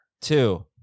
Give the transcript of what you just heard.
Two